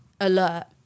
alert